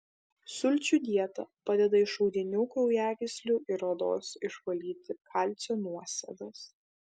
sulčių dieta padeda iš audinių kraujagyslių ir odos išvalyti kalcio nuosėdas